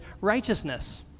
righteousness